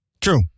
True